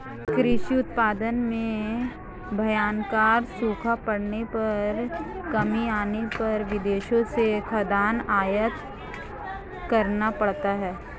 कृषि उत्पादन में भयंकर सूखा पड़ने पर कमी आने पर विदेशों से खाद्यान्न आयात करना पड़ता है